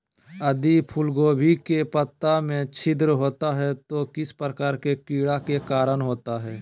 यदि फूलगोभी के पत्ता में छिद्र होता है तो किस प्रकार के कीड़ा के कारण होता है?